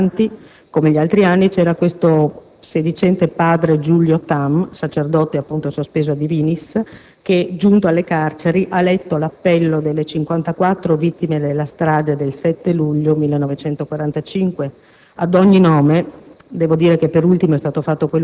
In testa a questi manifestanti, come gli altri anni, c'era questo sedicente padre Giulio Tam, sacerdote sospeso *a* *divinis*, che, giunto alle carceri, ha letto l'appello delle 54 vittime della strage del 7 luglio 1945. A ogni nome